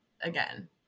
again